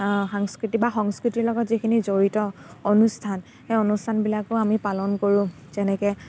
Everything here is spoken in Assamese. সাংস্কৃতি বা সংস্কৃতিৰ লগত যিখিনি জড়িত অনুষ্ঠান সেই অনুষ্ঠানবিলাকো আমি পালন কৰোঁ যেনেকৈ